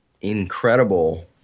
incredible